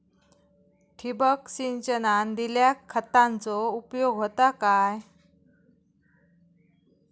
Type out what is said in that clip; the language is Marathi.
ठिबक सिंचनान दिल्या खतांचो उपयोग होता काय?